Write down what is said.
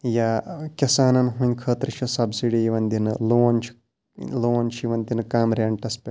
یا کِسانَن ہٕنٛدۍ خٲطرٕ چھِ سَبسڈی یِوَان دِنہٕ لون چھُ لون چھُ یِوَان دِنہٕ کَم ریٚنٛٹَس پیٚٹھ